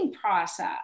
process